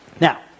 Now